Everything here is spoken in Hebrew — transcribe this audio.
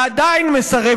ועדיין מסרב,